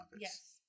Yes